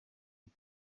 iki